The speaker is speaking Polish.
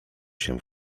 się